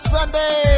Sunday